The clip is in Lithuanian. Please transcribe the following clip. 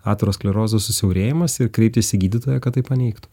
aterosklerozės susiaurėjimas ir kreiptis į gydytoją kad tai paneigtų